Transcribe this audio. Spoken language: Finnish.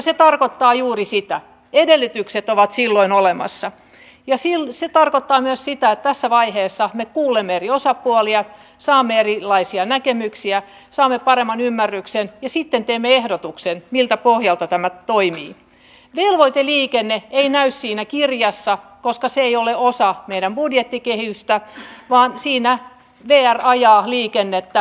suomella on euroopan pisin raja naapurimaamme venäjän kanssa ja euroopan unioni myös siitä tässä vaiheessa me kuulemme eri osapuolia saamme erilaisia näkemyksiä saamme paremman ymmärryksen ja sitten teemme ehdotuksen miltä pohjalta tämä toimii tuula tieliikenne ei näy siinä kirjassa koska odottaa suomelta sitä että tällä rajalla meillä on uskottava puolustus